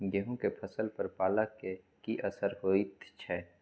गेहूं के फसल पर पाला के की असर होयत छै?